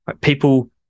People